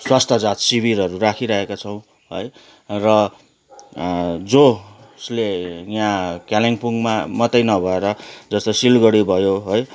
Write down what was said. स्वास्थ्य जाँच शिविरहरू राखिरहेको छौँ है र जसले यहाँ कालिम्पोङमा मात्रै नभएर जस्तो सिलगडी भयो है